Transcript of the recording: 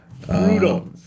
Brutal